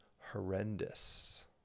horrendous